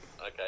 Okay